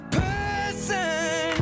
person